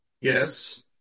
Yes